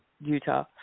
Utah